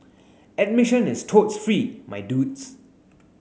admission is totes free my dudes